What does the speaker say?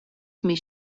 მის